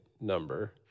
number